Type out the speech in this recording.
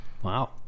Wow